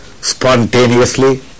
Spontaneously